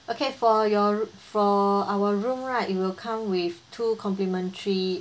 okay for your for our room right you will come with two complementary